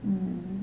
hmm